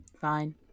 Fine